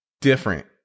different